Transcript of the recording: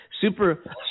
Super